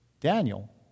Daniel